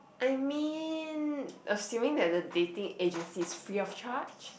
I mean assuming that the dating agency is free of charge